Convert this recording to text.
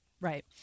Right